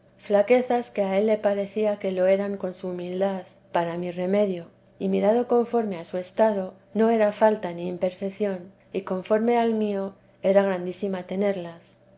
flaquezas que a él le parecía que lo eran con su humildad para mi remedio y mirado conforme a su estado no era falta ni imperfección y conforme al mío era grandísima tenerlas